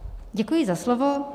Děkuji za slovo.